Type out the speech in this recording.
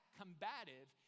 combative